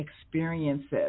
experiences